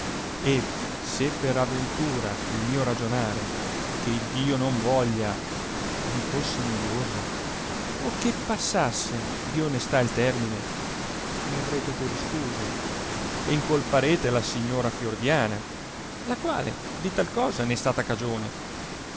e se per aventura il mio ragionare che iddio non voglia vi fosse noioso o che passasse di onestà il termine mi averete per iscuso e incolparete la signora fiordiana la quale di tal cosa n è stata cagione